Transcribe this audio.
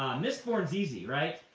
mistborn's easy, right?